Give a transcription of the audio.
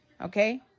Okay